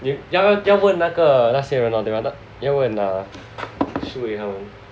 you 要问那个那些人对吗的 lor 要问 err Shi Wei 他们